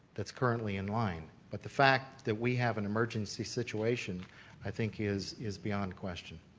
that's currently in line. but the fact that we have an emergency situation i think is is beyond question.